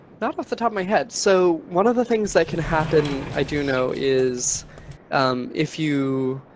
not off the top my head. so one of the things that can happen, i do know, is if you